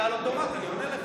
אתה על אוטומט, אני עונה לך.